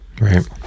right